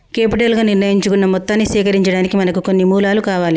capital గా నిర్ణయించుకున్న మొత్తాన్ని సేకరించడానికి మనకు కొన్ని మూలాలు కావాలి